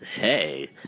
Hey